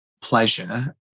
pleasure